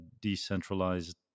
decentralized